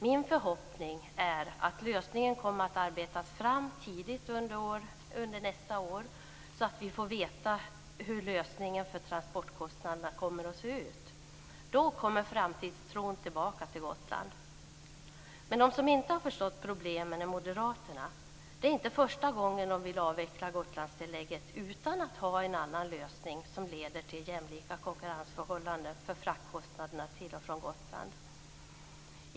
Min förhoppning är att lösningen kommer att arbetas fram tidigt under nästa år, så att vi får veta hur lösningen för transportkostnaderna kommer att se ut. Då kommer framtidstron tillbaka till Gotland. De som inte har förstått problemen är moderaterna. Det är inte första gången de vill avveckla Gotlandstillägget utan att ha en annan lösning som leder till jämlika konkurrensförhållanden för fraktkostnaderna till och från Gotland.